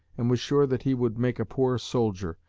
and was sure that he would make a poor soldier,